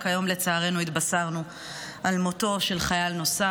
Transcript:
רק היום, לצערנו, התבשרנו על מותו של חייל נוסף.